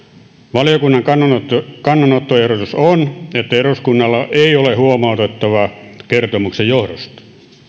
valiokunnan kannanottoehdotus on että eduskunnalla ei ole huomautettavaa kertomuksen johdosta